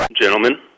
Gentlemen